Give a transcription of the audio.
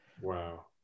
Wow